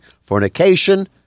fornication